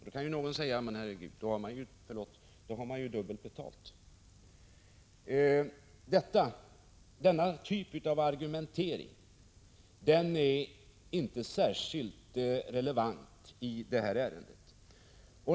Då kan någon invända, att i så fall har man dubbelt betalt. Men denna typ av argumentering är inte särskilt relevant i detta ärende.